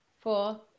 Four